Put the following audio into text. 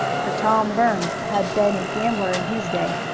for tom burns had been a gambler in his day.